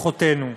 אחותנו.